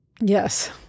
Yes